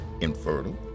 infertile